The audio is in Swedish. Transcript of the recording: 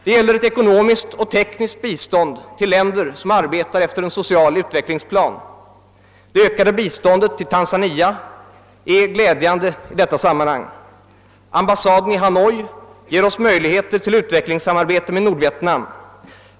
Det gäller vidare ekonomiskt och tekniskt bistånd till länder som arbetar efter en social utvecklingsplan. Det öka de biståndet till Tanzania är glädjande i detta sammanhang. Ambassaden i Hanoi ger oss möjligheter till utvecklingssamarbete med Nordvietnam.